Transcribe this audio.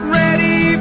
ready